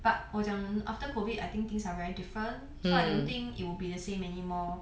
but 我讲 after COVID I think things are very different so I don't think it will be the same anymore